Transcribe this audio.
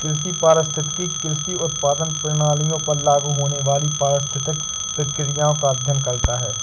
कृषि पारिस्थितिकी कृषि उत्पादन प्रणालियों पर लागू होने वाली पारिस्थितिक प्रक्रियाओं का अध्ययन करता है